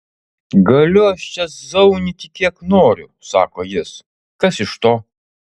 galiu aš čia zaunyti kiek noriu sako jis kas iš to